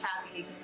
happy